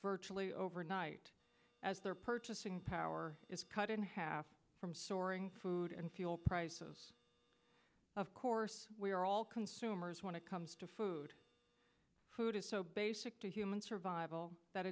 virtually overnight as their purchasing power is cut in half from soaring food and fuel prices of course we are all consumers want to comes to food food is so basic to human survival that